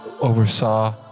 oversaw